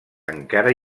encara